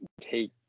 take